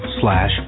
slash